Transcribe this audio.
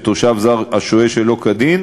סגן שר הביטחון חבר הכנסת הרב אלי בן-דהן,